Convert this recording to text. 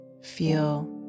Feel